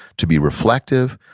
to be reflective,